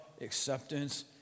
acceptance